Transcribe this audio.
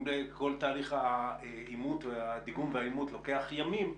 יודע שכל תהליך הדיגום והאימות לוקח ימים.